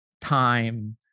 time